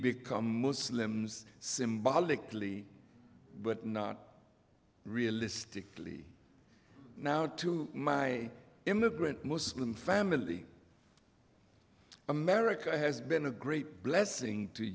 become muslims symbolically but not realistically now to my immigrant muslim family america has been a great blessing to